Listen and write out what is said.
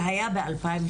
זה היה ב-2017.